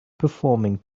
performing